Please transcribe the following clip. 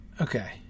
Okay